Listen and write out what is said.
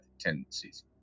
tendencies